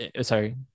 sorry